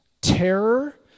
terror